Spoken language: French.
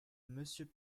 monsieur